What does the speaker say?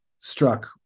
struck